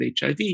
HIV